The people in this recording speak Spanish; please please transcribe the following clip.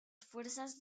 fuerzas